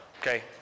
Okay